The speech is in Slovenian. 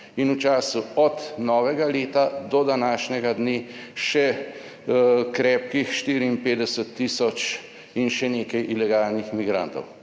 in v času od novega leta do današnjega dne še krepkih 54 tisoč in še nekaj ilegalnih migrantov,